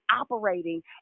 operating